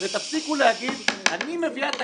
ותפסיקו להגיד: אני הבאתי את הכסף.